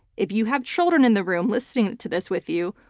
if you have children in the room listening to this with you,